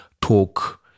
talk